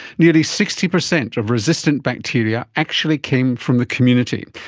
nearly sixty percent of resistant bacteria actually came from the community.